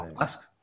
ask